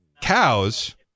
cows